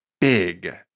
big